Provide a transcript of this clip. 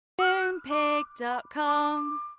Moonpig.com